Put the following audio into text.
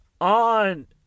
on